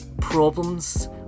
problems